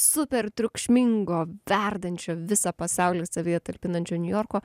super triukšmingo verdančio visą pasaulį savyje talpinančio niujorko